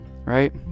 Right